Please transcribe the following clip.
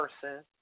person